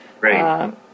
Right